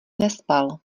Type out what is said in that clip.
nespal